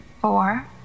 four